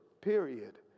period